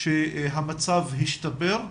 שהמצב השתפר,